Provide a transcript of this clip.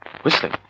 Whistling